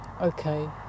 Okay